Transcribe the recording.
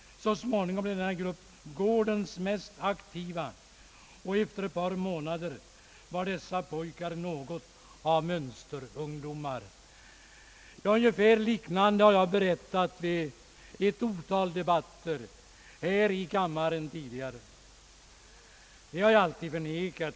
Så småningom blev denna grupp gårdens mest aktiva och efter ett par månader var dessa pojkar något av mönsterungdomar.» Liknande saker har jag berättat tidigare här i kammaren vid ett otal debatter. Sådana verkningar av boxningen har dock alltid förnekats.